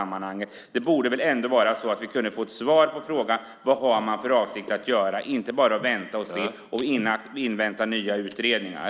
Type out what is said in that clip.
Det borde väl ändå vara så att vi kunde få ett svar på frågan vad man har för avsikt att göra. Man kan inte bara vänta och se och invänta nya utredningar.